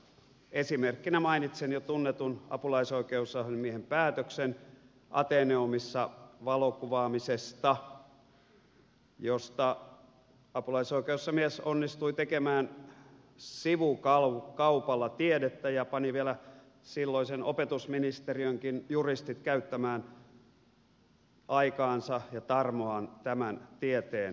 esimerkkinä mainitsen apulaisoikeusasiamiehen jo tunnetun päätöksen ateneumissa valokuvaamisesta josta apulaisoikeusasiamies onnistui tekemään sivukaupalla tiedettä ja pani vielä silloisen opetusministeriönkin juristit käyttämään aikaansa ja tarmoaan tämän tieteen jatkamiseen